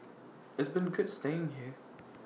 it's been good staying here